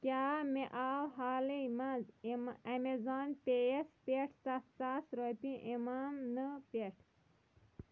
کیٛاہ مےٚ آو حالٕے منٛز ایٚم ایٚمیزن پے یَس پٮ۪ٹھ سَتھ ساس رۄپیہِ اِمام نہٕ پٮ۪ٹھ